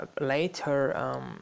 later